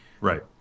Right